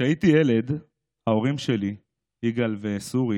כשהייתי ילד ההורים שלי, יגאל ושׂורי,